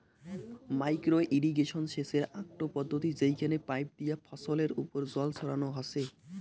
micro irrigation সেচের আকটো পদ্ধতি যেইখানে পাইপ দিয়া ফছলের ওপর জল ছড়ানো হসে